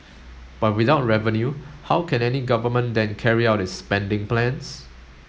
but without revenue how can any government then carry out its spending plans